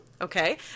okay